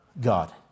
God